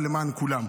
אבל למען כולם,